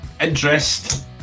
interest